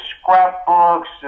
scrapbooks